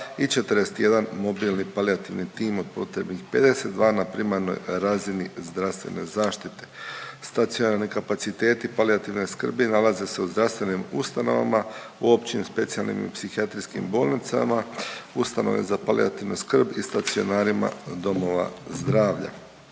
i 41 mobilni palijativni tim od potrebnih 52 na primarnoj razini zdravstvene zaštite. Stacionarni kapaciteti palijativne skrbi nalaze se u zdravstvenim ustanovama, u općim, specijalnim i psihijatrijskim bolnicama, ustanove za palijativnu skrb i stacionarima domova zdravlja.